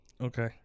Okay